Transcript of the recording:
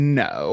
no